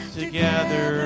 together